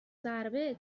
ضربه